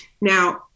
Now